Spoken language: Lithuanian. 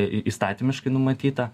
įstatymiškai numatyta